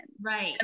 Right